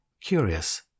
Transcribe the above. curious